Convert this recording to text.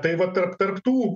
tai va tarp tarp tų